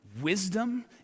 wisdom